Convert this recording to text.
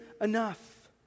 enough